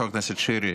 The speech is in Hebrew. חבר הכנסת שירי.